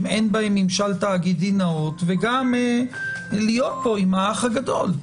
אין בהם ממשל תאגידי נאות וגם להיות פה עם האח הגדול.